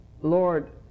Lord